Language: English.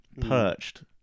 perched